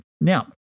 Now